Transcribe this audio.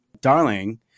Darling